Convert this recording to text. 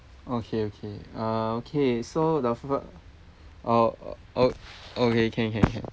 okay okay uh okay so the fir~ oh oh okay can can can